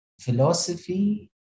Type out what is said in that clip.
philosophy